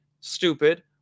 stupid